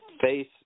face